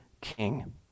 king